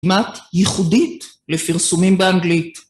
כמעט יחודית לפרסומים באנגלית.